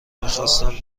میخواستم